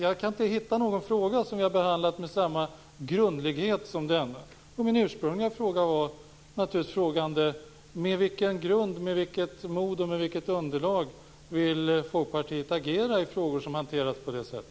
Jag kan inte hitta någon fråga som vi har behandlat med samma grundlighet som denna. Min ursprungliga fråga var: På vilken grund, med vilket mod och med vilket underlag vill Folkpartiet agera i frågor som hanteras på detta sätt?